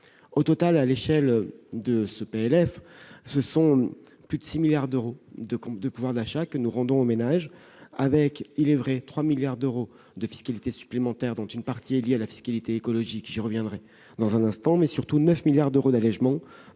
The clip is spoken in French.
ce projet de loi de finances, ce sont plus de 6 milliards d'euros de pouvoir d'achat que nous rendons aux ménages, avec, il est vrai, 3 milliards d'euros de fiscalité supplémentaire, dont une partie est liée à la fiscalité écologique- j'y reviendrai dans un instant -, mais surtout 9 milliards d'euros d'allégements,